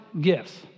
gifts